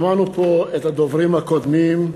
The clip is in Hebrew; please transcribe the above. שמענו פה את הדוברים הקודמים,